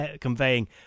conveying